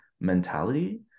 mentality